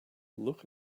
look